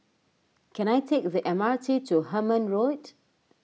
can I take the M R T to Hemmant Road